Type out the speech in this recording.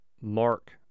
Mark